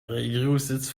regierungssitz